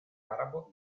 arabo